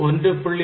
P1